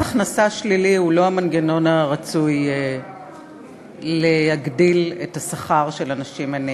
מס הכנסה שלילי הוא לא המנגנון הרצוי להגדלת השכר של אנשים עניים.